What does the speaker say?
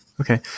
Okay